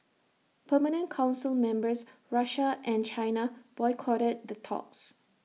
permanent Council members Russia and China boycotted the talks